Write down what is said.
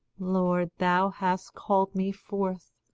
lord, thou hast called me fourth,